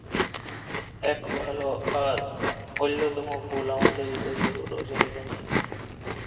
ইক ভাল আর অল্যতম ফুল আমাদের দ্যাশের রজলিগল্ধা